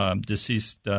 deceased